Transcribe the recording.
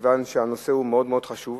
מכיוון שהנושא מאוד מאוד חשוב.